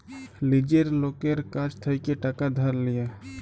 লীজের লকের কাছ থ্যাইকে টাকা ধার লিয়া